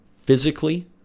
physically